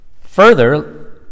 Further